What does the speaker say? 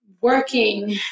working